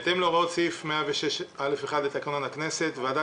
"בהתאם להוראות סעיף 106(א1) לתקנון הכנסת הוועדה